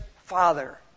Father